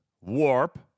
warp